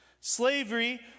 Slavery